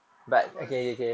apa